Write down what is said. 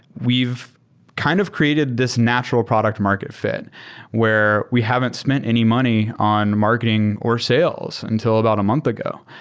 we've kind of created this natural product market fi t where we haven't spent any money on marketing or sales until about a month ago.